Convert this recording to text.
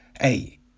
Hey